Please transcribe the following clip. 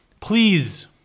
Please